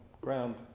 ground